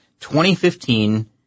2015